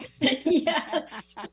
Yes